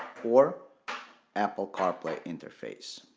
or apple carplay interface